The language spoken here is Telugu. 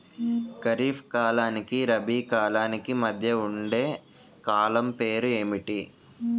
ఖరిఫ్ కాలానికి రబీ కాలానికి మధ్య ఉండే కాలం పేరు ఏమిటి?